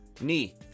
Knee